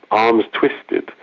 arms twisted,